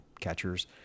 catchers